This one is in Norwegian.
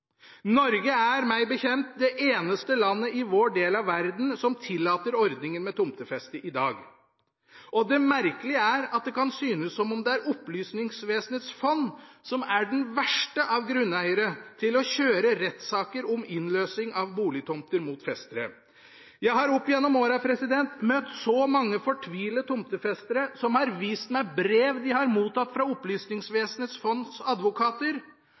Norge er – meg bekjent – det eneste landet i vår del av verden som tillater ordningen med tomtefeste i dag, og det merkelige er at det kan synes som om det Opplysningsvesenets fond som er den verste av grunneierne til å kjøre rettssaker om innløsning av boligtomter mot festere. Jeg har opp gjennom åra møtt så mange fortvilte tomtefestere, som har vist meg brev de har mottatt fra Opplysningsvesenets fonds advokater